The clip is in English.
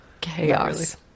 Chaos